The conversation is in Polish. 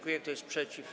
Kto jest przeciw?